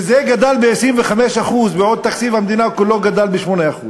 זה גדל ב-25%, בעוד תקציב המדינה כולו גדל ב-8%.